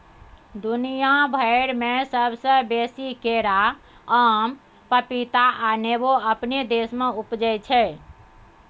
दुनिया भइर में सबसे बेसी केरा, आम, पपीता आ नेमो अपने देश में उपजै छै